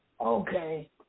Okay